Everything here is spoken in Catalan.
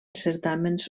certàmens